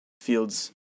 fields